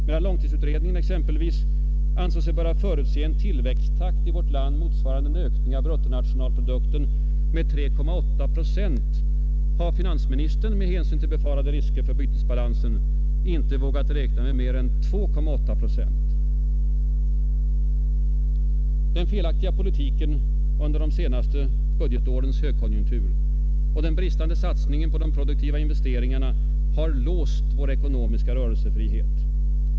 Medan långtidsutredningen exempelvis anser sig böra förutse en tillväxttakt i vårt land motsvarande en ökning av bruttonationalproduk ten med 3,8 procent, har finansministern med hänsyn till befarade risker för bytesbalansen inte vågat räkna med mer än 2,8 procent. Den felaktiga politiken under de senaste budgetårens högkonjunktur och den bristande satsningen på de produktiva investeringarna har låst vår ekonomiska rörelsefrihet.